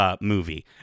movie